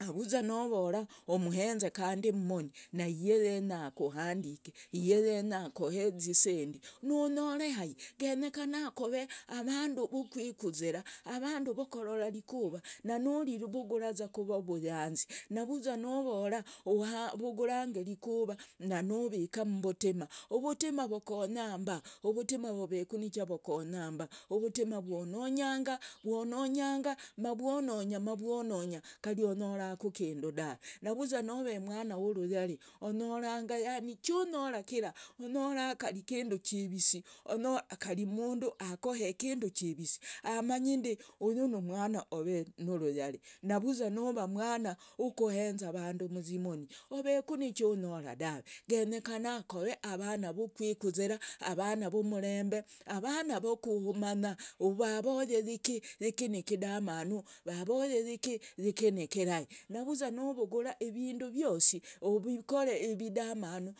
navuza novora umhenze kandi mmoni naye yenya akuhandike, ye yenya akohe zisendi nonyore hai genyekana kove avandu vukikuzira vandu vokorora rikuva nanurivuguraza kuvavuyanzi navuza novora uvugurange rikuva na nuvika mmbutima uvutima vokonyo mba uvutima voreku ni cha vokonyamba uvutima vyononyanga vononya mavwonoya kari onyaraku ku kindu dave navuza nove mwana waruyari onyoranga yaani chonyora kiira, onyora kari kindu chivisi, onyora kari munduakoh kindu chivisi amanyi ndi uyu numwana ove nuruyari navuza nuva mwana ovenuruyari navuza nuvu mwana wakochenza vandu mzimoni oveku nichonyora dave genyekona kove avana vukwikuziira avana vumrembe avana vukumanya vavoye yiki yiki nikidamanu, vavoye yiki yiki nikirahi navuza uvugura ivindu vyosi uvikare ividamanu.